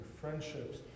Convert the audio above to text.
friendships